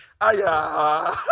Aya